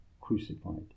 crucified